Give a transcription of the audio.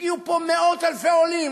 הגיעו לפה מאות-אלפי עולים,